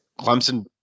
Clemson